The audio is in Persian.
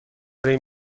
این